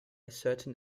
certain